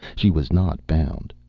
she was not bound.